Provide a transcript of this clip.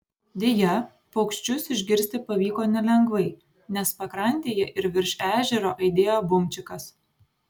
deja paukščius išgirsti pavyko nelengvai nes pakrantėje ir virš ežero aidėjo bumčikas